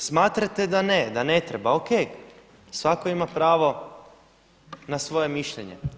A vi smatrate da ne, da ne treba o.k. svako ima pravo na svoje mišljenje.